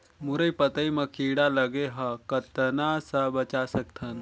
मुरई पतई म कीड़ा लगे ह कतना स बचा सकथन?